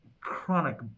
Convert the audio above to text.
chronic